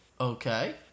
Okay